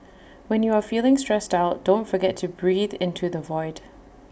when you are feeling stressed out don't forget to breathe into the void